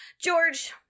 George